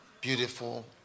beautiful